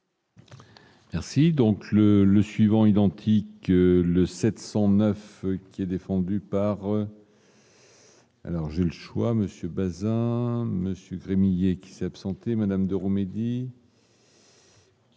Merci donc le le suivant identique le 709 qui a défendu par. Alors j'ai le choix monsieur Baeza monsieur et qui s'est absenté madame de remédier.